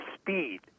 speed